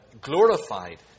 glorified